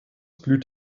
blüht